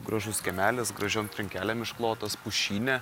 gražus kiemelis gražiom trinkelėm išklotas pušyne